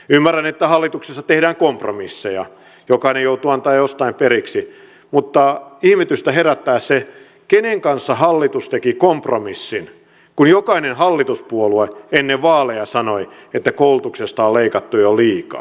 ymmärrän että hallituksessa tehdään kompromisseja jokainen joutuu antamaan jostain periksi mutta ihmetystä herättää kenen kanssa hallitus teki kompromissin kun jokainen hallituspuolue ennen vaaleja sanoi että koulutuksesta on leikattu jo liikaa